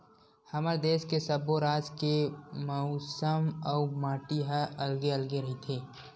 हमर देस के सब्बो राज के मउसम अउ माटी ह अलगे अलगे रहिथे